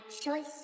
choice